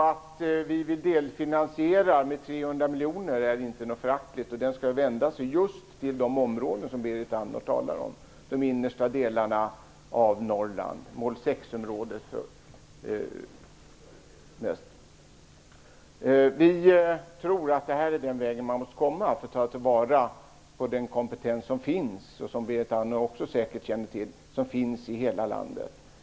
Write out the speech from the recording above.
Att vi vill delfinansiera detta med 300 miljoner är inte något föraktligt. Detta skall riktas till just de områden som Berit Andnor talar om, de innersta delarna av Norrland. Vi tror att detta är den väg man måste gå för att ta vara på den kompetens som finns i hela landet.